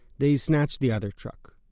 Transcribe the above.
they snatched the other truck.